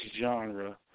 genre